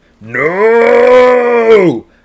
No